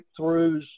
breakthroughs